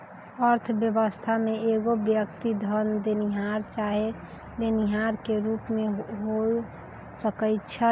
अर्थव्यवस्था में एगो व्यक्ति धन देनिहार चाहे लेनिहार के रूप में हो सकइ छइ